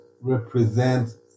represent